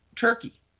Turkey